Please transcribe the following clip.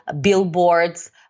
billboards